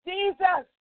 Jesus